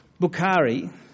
Bukhari